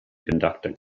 conducting